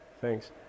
thanks